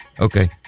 Okay